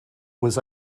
was